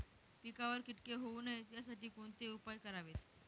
पिकावर किटके होऊ नयेत यासाठी कोणते उपाय करावेत?